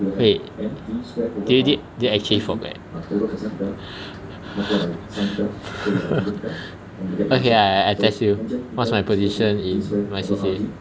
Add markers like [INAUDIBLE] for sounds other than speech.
wait did you did you actually forget [LAUGHS] okay I I I test you what's my position in my C_C_A